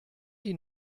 die